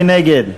מי שנגד.